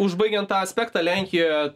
užbaigian tą aspektą lenkijoje